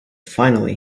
finally